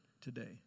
today